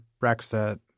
Brexit